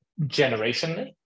generationally